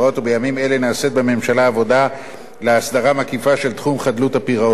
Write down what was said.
ובימים אלה נעשית בממשלה עבודה להסדרה מקיפה של תחום חדלות הפירעון.